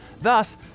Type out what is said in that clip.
Thus